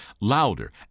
louder